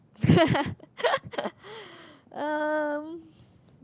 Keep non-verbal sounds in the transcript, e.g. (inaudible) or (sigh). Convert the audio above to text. (laughs) um